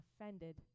offended